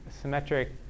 symmetric